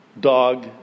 dog